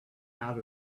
out